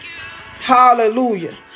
Hallelujah